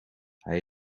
hij